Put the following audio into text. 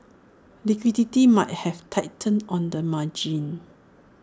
liquidity might have tightened on the margin